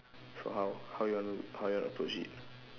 so how how you want to how you want to approach it